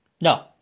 No